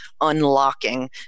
unlocking